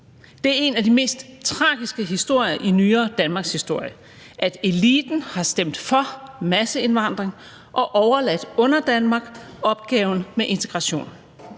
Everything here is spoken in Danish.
Det er en af de mest tragiske historier i nyere danmarkshistorie, at eliten har stemt for masseindvandring og overladt Underdanmark opgaven i med integration.